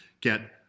get